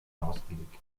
ausgelegt